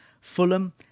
Fulham